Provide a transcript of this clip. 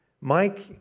Mike